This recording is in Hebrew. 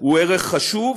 הוא ערך חשוב,